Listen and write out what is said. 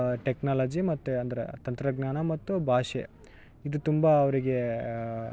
technology ಮತ್ತು ಅಂದರೆ ತಂತ್ರಜ್ಞಾನ ಮತ್ತು ಭಾಷೆ ಇದು ತುಂಬ ಅವರಿಗೇ